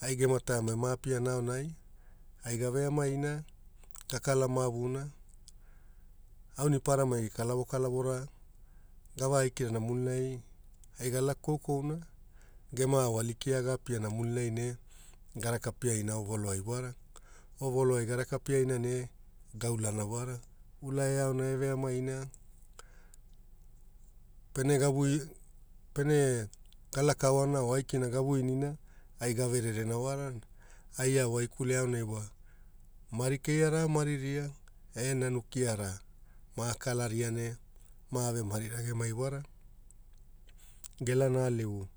ai gema taim ema apianao aonai ai gave amaina gakalamavuna, auniparamai kalavo kalavora gavaikirana milenae ai galaka koukouna, gema aoali kia apiana mulinai ne garakapianaovaloai vara. Ovaloai garakapiana ne gaulanawara, ovoloai garakapiara ne gaulana wara, ula eaoae eveamaina pene gawi, pene galakaoana o gawinina ai gavererena wara. Ai aiaurikule aonai wa mari keia ma marira ea nanu kiara ma kalarea ne mave marirage wara. Gelana a leu